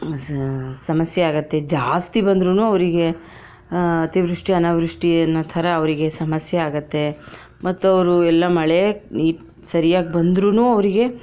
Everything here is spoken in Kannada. ಸ ಸಮಸ್ಯೆ ಆಗತ್ತೆ ಜಾಸ್ತಿ ಬಂದರೂ ಅವರಿಗೆ ಅತಿವೃಷ್ಟಿ ಅನಾವೃಷ್ಟಿ ಅನ್ನೋ ಥರ ಅವರಿಗೆ ಸಮಸ್ಯೆ ಆಗತ್ತೆ ಮತ್ತವರು ಎಲ್ಲ ಮಳೆ ಸರಿಯಾಗಿ ಬಂದರೂ ಅವರಿಗೆ